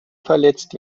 verletzt